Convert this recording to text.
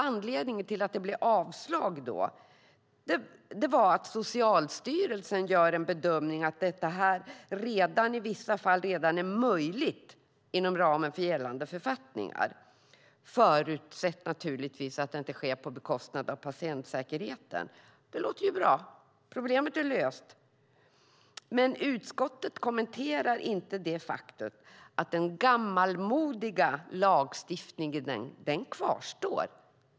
Anledningen till att det då blev avslag var att Socialstyrelsen gjorde bedömningen att detta redan i vissa fall är möjligt inom ramen för gällande författningar, naturligtvis förutsatt att det inte sker på bekostnad av patientsäkerheten. Det låter bra. Problemet är löst. Men utskottet kommenterar inte det faktum att den gammalmodiga lagstiftningen kvarstår.